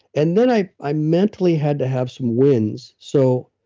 and then, i i mentally had to have some wins so,